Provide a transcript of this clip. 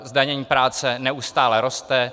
Zdanění práce neustále roste.